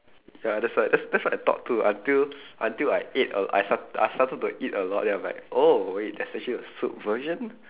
ya that's why that's that's what I thought too until until I ate err I star~ I started to eat a lot then I'm like oh wait there's actually a soup version